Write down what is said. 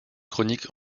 chronique